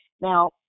Now